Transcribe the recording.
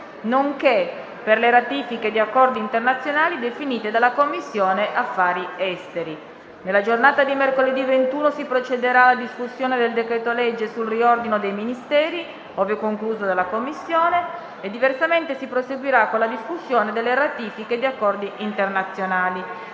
nonché per le ratifiche di accordi internazionali definite dalla Commissione affari esteri. Nella giornata di mercoledì 21 si procederà alla discussione del decreto-legge sul riordino dei Ministeri, ove concluso della Commissione; diversamente si proseguirà con la discussione delle ratifiche di accordi internazionali.